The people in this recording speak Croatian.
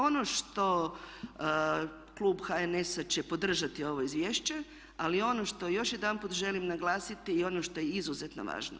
Ono što klub HNS-a će podržati ovo izvješće, ali ono što još jedanput želim naglasiti i ono što je izuzetno važno.